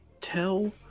tell